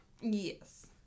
Yes